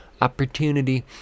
opportunity